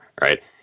right